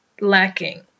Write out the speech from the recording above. lacking